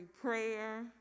prayer